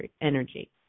energy